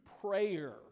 prayer